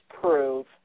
prove